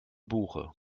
buche